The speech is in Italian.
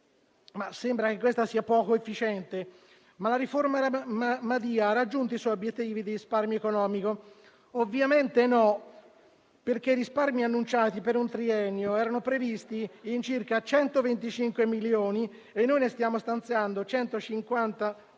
Sembra che in realtà sia poco efficiente. La riforma Madia ha raggiunto i suoi obiettivi di risparmio economico? Ovviamente no, perché i risparmi annunciati per un triennio erano previsti in circa 125 milioni e noi stiamo stanziando 150 milioni